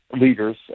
leaders